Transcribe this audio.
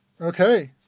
Okay